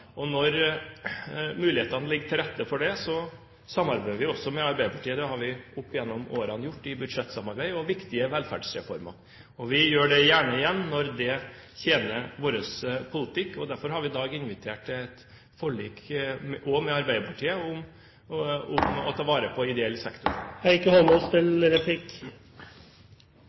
Og når mulighetene ligger til rette for det, samarbeider vi også med Arbeiderpartiet. Det har vi opp gjennom årene gjort i forbindelse med budsjettsamarbeid og viktige velferdsreformer. Vi gjør det gjerne igjen når det tjener vår politikk. Derfor har vi i dag invitert til et forlik, også med Arbeiderpartiet, om å ta vare på ideell sektor.